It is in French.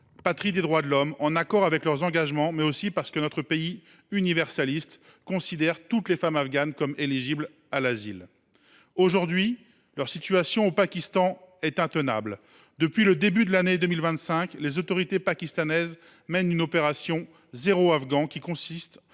patrie des droits de l’homme, pour être en accord avec leurs engagements, mais aussi parce que notre pays, universaliste, considère toutes les femmes afghanes comme éligibles à l’asile. Désormais, leur situation au Pakistan est intenable. Depuis le début de l’année 2025, les autorités y mènent une opération « zéro Afghan », qui consiste